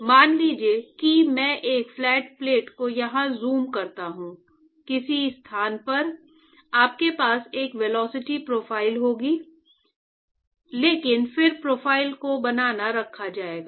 तो मान लीजिए कि मैं इस फ्लैट प्लेट को यहां ज़ूम करता हूं किसी स्थान पर आपके पास एक वेलोसिटी प्रोफ़ाइल होगी लेकिन फिर प्रोफ़ाइल को बनाए रखा जाएगा